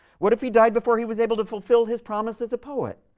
what if he died before he was able to fulfill his promise as a poet,